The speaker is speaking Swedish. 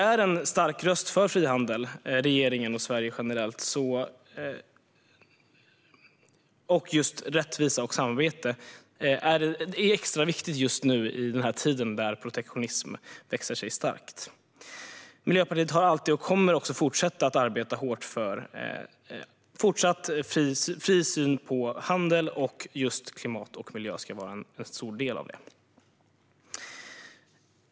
Att regeringen och Sverige generellt är en stark röst för frihandel, rättvisa och samarbete är extra viktigt i en tid där protektionism växer sig stark. Miljöpartiet har alltid arbetat och kommer också att fortsätta att arbeta hårt för fortsatt fri syn på handel och att klimat och miljö ska vara en stor del av det.